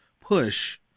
push